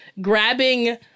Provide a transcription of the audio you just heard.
grabbing